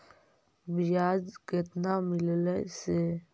बियाज केतना मिललय से?